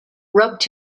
rubbed